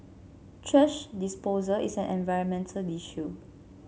thrash disposal is an environmental issue